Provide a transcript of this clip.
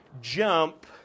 jump